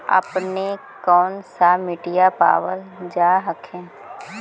अपने के कौन सा मिट्टीया पाबल जा हखिन?